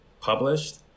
published